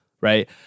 right